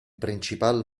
principal